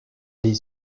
les